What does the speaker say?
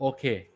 Okay